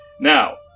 Now